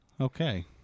Okay